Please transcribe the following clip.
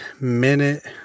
minute